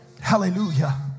Hallelujah